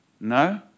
No